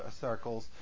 circles